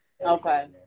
okay